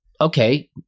okay